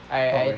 I I